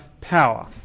power